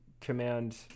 command